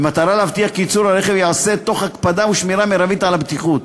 במטרה להבטיח כי ייצור הרכב ייעשה בהקפדה ובשמירה מרבית על הבטיחות.